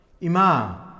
Ima